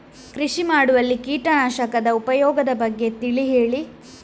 ಕೃಷಿ ಮಾಡುವಲ್ಲಿ ಕೀಟನಾಶಕದ ಉಪಯೋಗದ ಬಗ್ಗೆ ತಿಳಿ ಹೇಳಿ